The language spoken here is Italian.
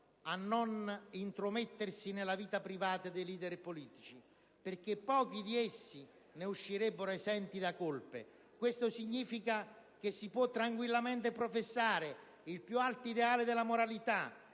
a non intromettersi nella vita privata dei leader politici, perché pochi di essi ne uscirebbero esenti da colpe. Questo significa che si può tranquillamente professare il più alto ideale della moralità,